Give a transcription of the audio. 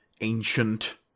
ancient